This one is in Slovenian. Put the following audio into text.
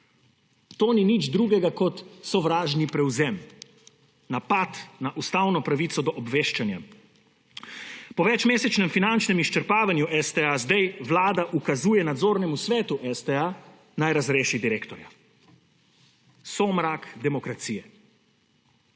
To ni nič drugega kot sovražni prevzem, napad na ustavno pravico do obveščanja. Po večmesečnem finančnem izčrpavanju STA zdaj Vlada ukazuje nadzornemu svetu STA, naj razreši direktorja. Somrak demokracije.